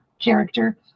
character